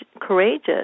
courageous